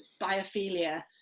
biophilia